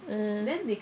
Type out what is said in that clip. (uh huh)